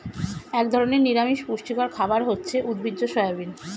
এক ধরনের নিরামিষ পুষ্টিকর খাবার হচ্ছে উদ্ভিজ্জ সয়াবিন